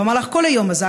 במהלך כל היום הזה,